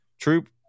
Troop